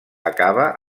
acaba